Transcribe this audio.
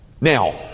Now